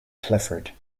clifford